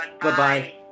Bye-bye